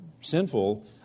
sinful